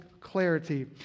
clarity